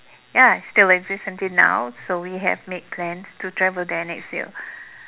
ya still exists until now so we have made plans to travel there next year